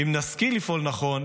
אם נשכיל לפעול נכון,